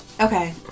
Okay